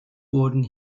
wurden